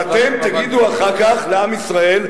ואתם תגידו אחר כך לעם ישראל,